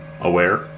aware